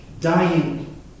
dying